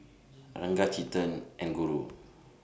Ranga Chetan and Guru